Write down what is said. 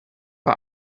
bei